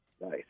Nice